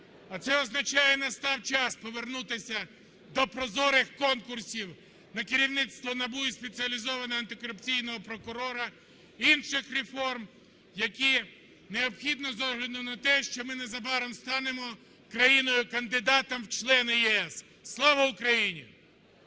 А це означає: настав час повернутися до прозорих конкурсів на керівництво НАБУ і Спеціалізованого антикорупційного прокурора, інших реформ, які необхідні з огляду на те, що ми незабаром станемо країною-кандидатом в члени ЄС. Слава Україні!